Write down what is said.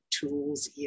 tools